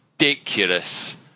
ridiculous